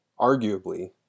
arguably